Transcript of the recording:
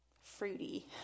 fruity